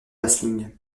vasling